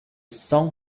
song